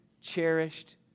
cherished